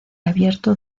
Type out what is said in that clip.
abierto